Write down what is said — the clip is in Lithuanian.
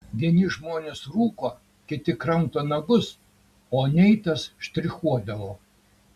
vieni žmonės rūko kiti kramto nagus o neitas štrichuodavo